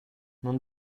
non